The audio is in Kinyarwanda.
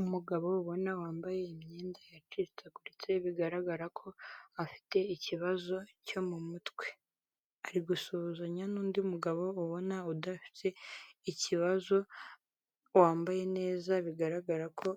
Umugabo ubona wambaye imyenda yacikaguritse bigaragara ko afite ikibazo cyo mu mutwe; ari gusuhuzanya n'undi mugabo ubona udafite ikibazo, wambaye neza bigaragara ko